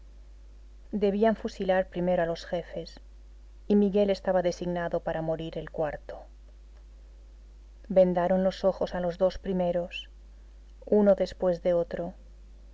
debían fusilar primero a los jefes y miguel estaba designado para morir el cuarto vendaron los ojos a los dos primeros uno después de otro